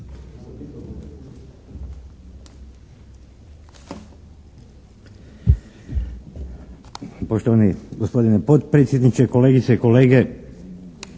Poštovani gospodine potpredsjedniče, kolegice i kolege!